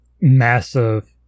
massive